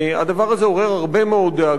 הדבר הזה עורר הרבה מאוד דאגה.